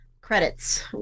credits